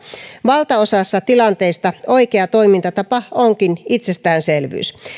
valtaosassa tilanteista oikea toimintatapa onkin itsestäänselvyys